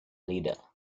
leader